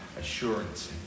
assurance